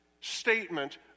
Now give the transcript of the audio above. statement